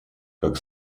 как